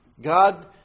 God